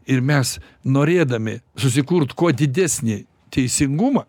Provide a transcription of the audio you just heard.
ir mes norėdami susikurt kuo didesnį teisingumą